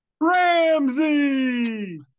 Ramsey